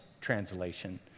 translation